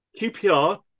QPR